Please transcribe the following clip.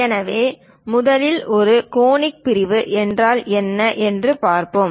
எனவே முதலில் ஒரு கோனிக் பிரிவு என்றால் என்ன என்று பார்ப்போம்